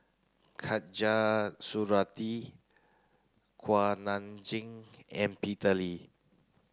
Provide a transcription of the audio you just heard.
Khatijah Surattee Kuak Nam Jin and Peter Lee